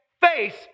face